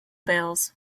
bales